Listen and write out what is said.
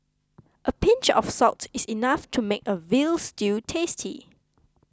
a pinch of salt is enough to make a Veal Stew tasty